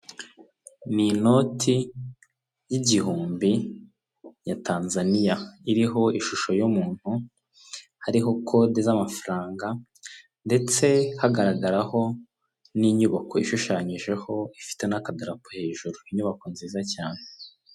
Ni inoti y'igihumbi ya Tanzaniya iriho ishusho y'umuntu, hariho kode z'amafaranga ndetse hagaragaraho n'inyubako ishushanyijeho ifite n'akadarapo hejuru, inyubako nziza cyane.